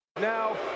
Now